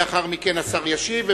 לאחר מכן השר ישיב,